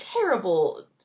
terrible